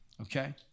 Okay